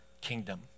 kingdom